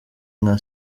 nka